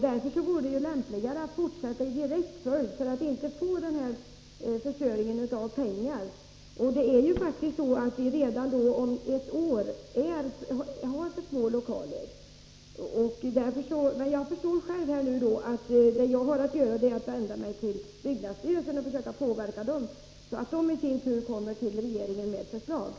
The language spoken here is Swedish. Det vore lämpligare att fortsätta utbyggnaden och undvika en sådan kapitalförstöring. Redan om ett år kommer lokalerna faktiskt att vara för små. Jag förstår att det jag har att göra är att vända mig till byggnadsstyrelsen och försöka påverka den, så att byggnadsstyrelsen i sin tur lämnar förslag till regeringen.